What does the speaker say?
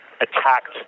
attacked